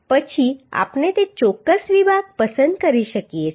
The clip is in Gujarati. બહાર પછી આપણે તે ચોક્કસ વિભાગ પસંદ કરી શકીએ છીએ